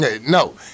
No